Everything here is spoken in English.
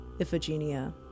Iphigenia